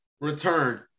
return